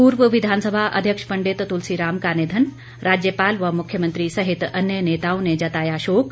पूर्व विधानसभा अध्यक्ष पंडित तुलसीराम का निधन राज्यपाल व मुख्यमंत्री सहित अन्य नेताओं ने जताया शोक